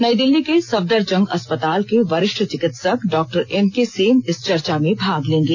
नई दिल्ली के सफदरजंग अस्पताल के वरिष्ठ चिकित्सक डॉक्टर एम के सेन इस चर्चा में भाग लेंगे